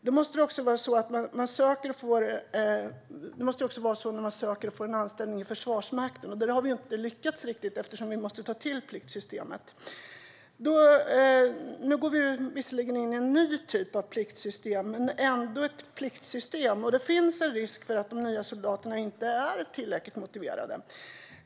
Så måste det vara också då man söker och får en anställning inom Försvarsmakten. Där har vi inte lyckats riktigt eftersom vi måste ta till pliktsystemet. Nu går vi visserligen in i en ny typ av pliktsystem, men det är ändå ett pliktsystem. Det finns en risk att de nya soldaterna inte är tillräckligt motiverade.